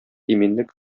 иминлек